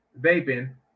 vaping